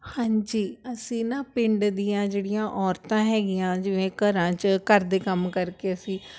ਹਾਂਜੀ ਅਸੀਂ ਨਾ ਪਿੰਡ ਦੀਆਂ ਜਿਹੜੀਆਂ ਔਰਤਾਂ ਹੈਗੀਆਂ ਜਿਵੇਂ ਘਰਾਂ 'ਚ ਘਰ ਦੇ ਕੰਮ ਕਰਕੇ ਅਸੀਂ